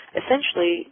essentially